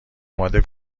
اماده